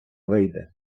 вийде